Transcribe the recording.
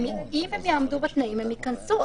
אם הם יעמדו בתנאים, הם ייכנסו.